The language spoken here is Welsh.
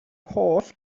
holl